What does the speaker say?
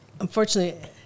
Unfortunately